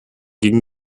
gegen